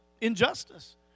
injustice